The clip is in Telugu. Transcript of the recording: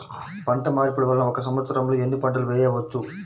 పంటమార్పిడి వలన ఒక్క సంవత్సరంలో ఎన్ని పంటలు వేయవచ్చు?